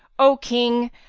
o king,